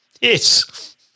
Yes